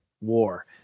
war